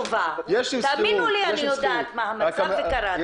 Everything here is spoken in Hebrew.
תאמינו לי, אני יודעת מה המצב וקראתי.